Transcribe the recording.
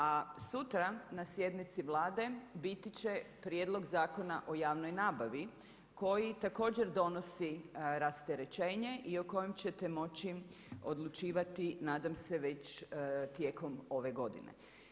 A sutra na sjednici Vlade biti će Prijedlog zakona o javnoj nabavi koji također donosi rasterećenje i o kojem ćete moći odlučivati nadam se već tijekom ove godine.